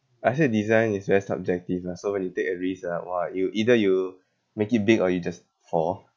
I'd say design is very subjective lah so when you take a risk ah !wah! you either you make it big or you just fall